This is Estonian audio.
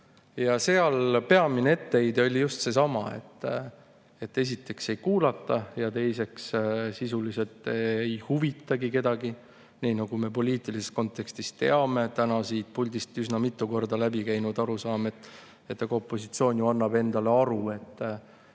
Nende peamine etteheide oli just seesama, et esiteks ei kuulata ja teiseks sisuliselt ei huvitagi kedagi. Nii nagu me poliitilises kontekstis teame, täna siit puldist üsna mitu korda läbi käinud arusaam, et opositsioon annab endale aru, et